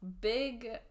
big